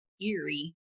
eerie